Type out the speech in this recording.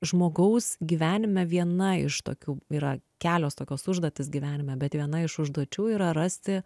žmogaus gyvenime viena iš tokių yra kelios tokios užduotys gyvenime bet viena iš užduočių yra rasti